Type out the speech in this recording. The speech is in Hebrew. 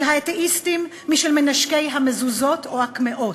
של האתאיסטים משל מנשקי המזוזות או הקמעות,